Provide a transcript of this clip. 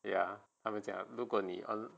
ya 他们讲如果你很